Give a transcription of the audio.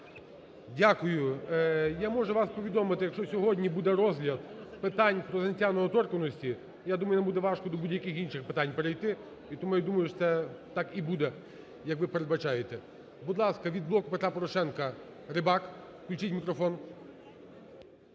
Дякую. Я можу вас повідомити, якщо сьогодні буде розгляд питань про зняття недоторканності, я думаю, нам буде важко до будь-яких інших питань перейти. І тому я думаю, що це так і буде, як ви передбачаєте. Будь ласка, від "Блоку Петра Порошенка" Рибак. Включіть мікрофон.